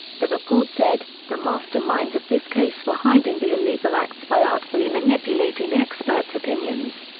the report said the masterminds of this case were hiding the illegal acts by artfully manipulating experts' opinions.